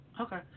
Okay